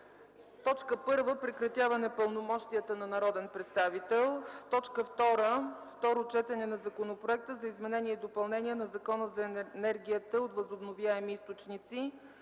Атанасова. 1. Прекратяване пълномощията на народен представител. 2. Второ четене на Законопроекта за изменение и допълнение на Закона за енергията от възобновяеми източници.